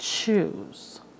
Choose